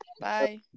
Bye